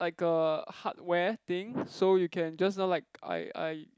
like a hardware thing so you can just now like I I